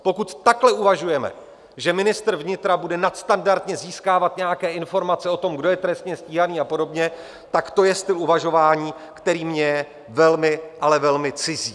Pokud takhle uvažujeme, že ministr vnitra bude nadstandardně získávat nějaké informace o tom, kdo je trestně stíhaný a podobně, tak to jest uvažování, které je mi velmi, ale velmi cizí.